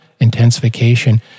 intensification